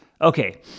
Okay